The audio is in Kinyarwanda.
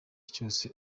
cyose